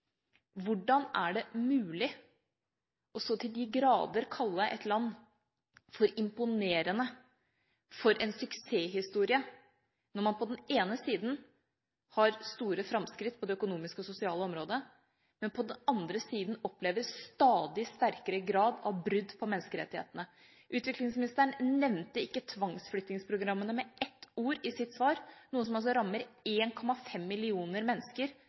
Hvordan er det mulig så til de grader å kalle et land for «imponerende» og for «en suksesshistorie», når man på den ene siden har store framskritt på det økonomiske og sosiale området, men som på den andre siden opplever stadig sterkere grad av brudd på menneskerettighetene. Utviklingsministeren nevnte ikke tvangsflyttingsprogrammene med ett ord i sitt svar, noe som altså rammer 1,5 millioner mennesker,